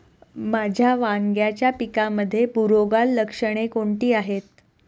माझ्या वांग्याच्या पिकामध्ये बुरोगाल लक्षणे कोणती आहेत?